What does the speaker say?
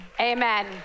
Amen